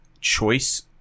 choice